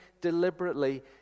deliberately